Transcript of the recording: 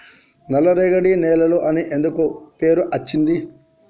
నల్లరేగడి నేలలు అని ఎందుకు పేరు అచ్చింది?